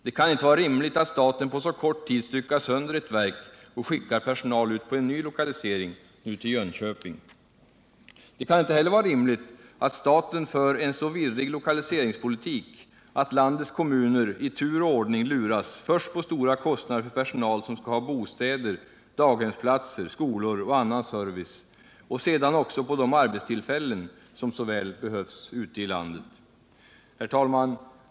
Det kan inte vara rimligt att staten på så kort tid styckar sönder ett verk och skickar personal ut på en ny lokalisering — nu till Jönköping. Det kan inte heller vara rimligt att staten för en så virrig lokaliseringspolitik att landets kommuner i tur och ordning luras, först på stora kostnader för personal som skall ha bostäder, daghemsplatser, skolor och annan service och sedan också på de arbetstillfällen som så väl behövs ute i landet. Herr talman!